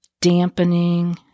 dampening